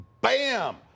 Bam